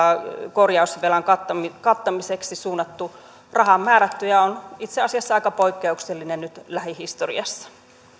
korjausvelan kattamiseksi kattamiseksi suunnattu raha määrätty ja se on itse asiassa aika poikkeuksellinen nyt lähihistoriassa